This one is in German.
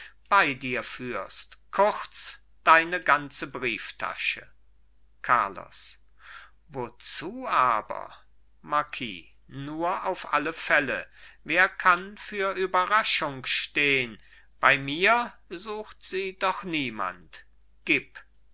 bei dir führst kurz deine ganze brieftasche carlos wozu aber marquis nur auf alle fälle wer kann für überraschung stehn bei mir sucht sie doch niemand gib